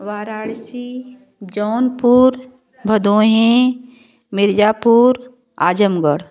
Varanasi Jaunpur Bhadohi Mirzapur Azamgarh